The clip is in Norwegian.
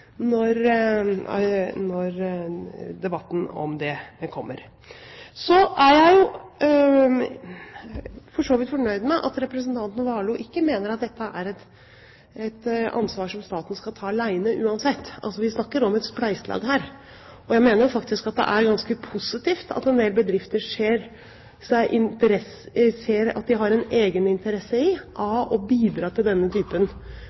når debatten om dette kommer. Så er jeg for så vidt fornøyd med at representanten Warloe ikke mener at dette er et ansvar som staten skal ta alene uansett. Vi snakker om et spleiselag her, og jeg mener faktisk det er ganske positivt at en del bedrifter ser at de har en egeninteresse i å bidra til denne typen